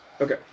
Okay